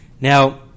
Now